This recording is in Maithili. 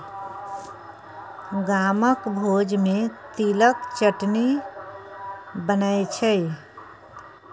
गामक भोज मे तिलक चटनी बनै छै